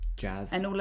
jazz